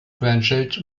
grandchild